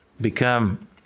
become